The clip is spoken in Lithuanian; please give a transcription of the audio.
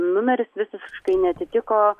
numeris visiškai neatitiko